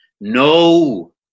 No